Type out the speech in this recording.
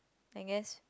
I guess